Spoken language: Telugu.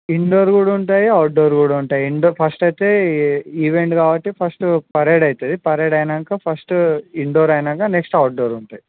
ఇండోర్ కూడా ఉంటాయి ఔట్డోర్ కూడా ఉంటాయి అండ్ ఫస్ట్ అయితే ఈవెంట్ కాబట్టి ఫస్ట్ పరేడ్ అవుతుంది పరేడ్ అయ్యాక ఫస్ట్ ఇండోర్ అయినాక నెక్స్ట్ ఔట్డోర్ ఉంటాయి